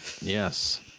Yes